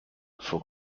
faut